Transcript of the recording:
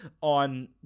on